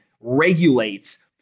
regulates